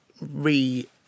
re